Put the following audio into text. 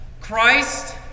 Christ